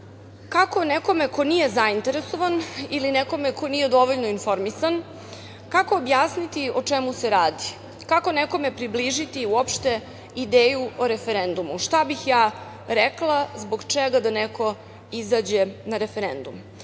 kako nekome ko nije zainteresovan ili nekome ko nije dovoljno informisan, kako objasniti o čemu se radi? Kako nekome približiti uopšte ideju o referendumu? Šta bih ja rekla, zbog čega da neko izađe na referendum?